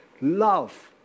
love